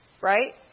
Right